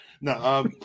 no